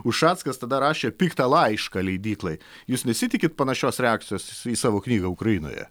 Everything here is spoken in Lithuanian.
ušackas tada rašė piktą laišką leidyklai jūs nesitikit panašios reakcijos į savo knygą ukrainoje